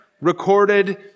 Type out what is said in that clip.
recorded